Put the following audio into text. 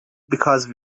because